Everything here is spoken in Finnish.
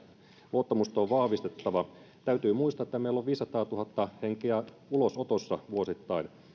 luottamusta on vahvistettava täytyy muistaa että meillä on viisisataatuhatta henkeä ulosotossa vuosittain